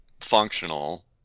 functional